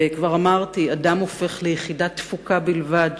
וכבר אמרתי שאדם הופך ליחידת תפוקה בלבד,